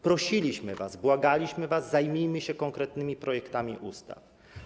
Prosiliśmy was, błagaliśmy was: zajmijmy się konkretnymi projektami ustaw.